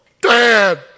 Dad